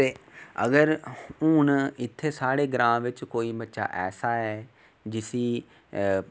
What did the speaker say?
ते अगर हून इत्थै साढ़े ग्रांऽ बिच बच्चा ऐसा ऐ जिसी